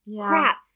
Crap